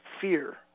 fear